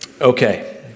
Okay